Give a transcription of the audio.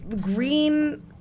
green